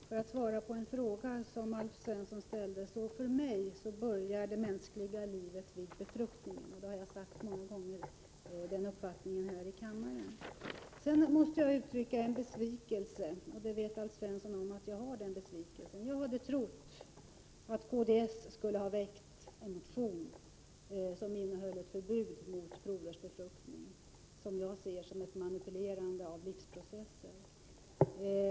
Fru talman! Jag skall svara på Alf Svenssons fråga. För mig börjar det mänskliga livet vid befruktningen. Detta har jag sagt många gånger här i kammaren. Jag måste uttrycka min besvikelse, Alf Svensson känner till detta. Jag hade trott att kds skulle ha väckt en motion om förbud mot provrörsbefruktning, som jag ser som ett manipulerande av livsprocesser.